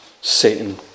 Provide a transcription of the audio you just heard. Satan